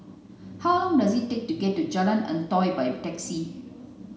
how long does it take to get to Jalan Antoi by taxi